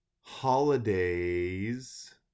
holidays